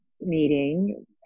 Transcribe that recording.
meeting